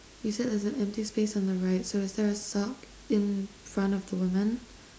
is there an empty space on the right so is there a sock in front of the woman